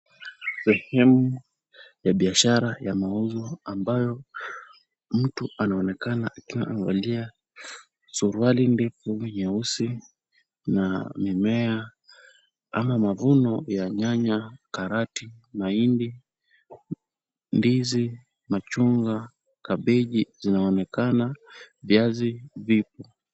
Sehemu ya biashara ya mauzo ambayo mtu anaonekana akiwa amevalia suruali ndefu nyeusi na mimea ama mavuno ya nyanya, karoti, mahindi, ndizi ,machungwa, kabeji zinaonekana, viazi vipo.